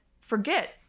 forget